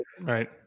Right